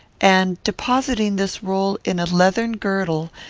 and, depositing this roll in a leathern girdle,